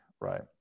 right